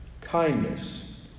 kindness